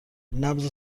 نبض